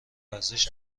ارزش